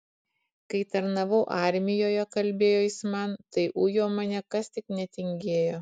kai tarnavau armijoje kalbėjo jis man tai ujo mane kas tik netingėjo